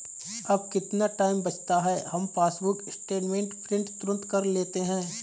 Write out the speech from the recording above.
अब कितना टाइम बचता है, हम पासबुक स्टेटमेंट प्रिंट तुरंत कर लेते हैं